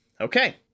Okay